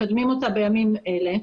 מקדמיים אותה בימים אלה,